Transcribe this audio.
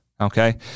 Okay